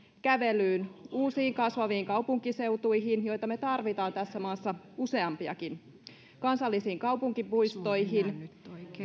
kävelyyn uusiin kasvaviin kaupunkiseutuihin joita me tarvitsemme tässä maassa useampiakin kansallisiin kaupunkipuistoihin